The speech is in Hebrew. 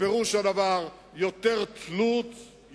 פירוש הדבר יותר תלות,